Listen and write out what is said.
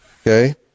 Okay